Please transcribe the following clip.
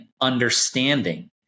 understanding